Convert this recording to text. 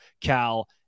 Cal